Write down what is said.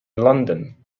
london